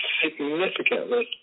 significantly